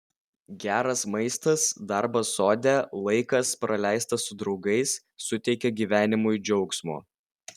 geras maistas darbas sode laikas praleistas su draugais suteikia gyvenimui džiaugsmo